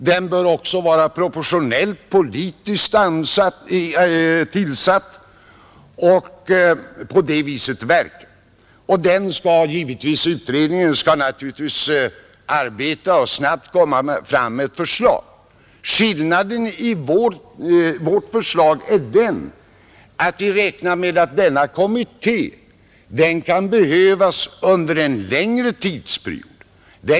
Den bör även vara proportionellt politiskt tillsatt och verka på det viset. Utredningen skall naturligtvis arbeta snabbt och komma fram med ett förslag, Skillnaden mellan reservanternas och utskottets förslag är den att vi räknar med att denna kommitté kan behövas under en längre tidsperiod.